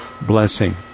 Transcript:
blessing